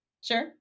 Sure